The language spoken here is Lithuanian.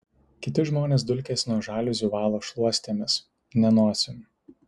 kiti žmonės dulkes nuo žaliuzių valo šluostėmis ne nosim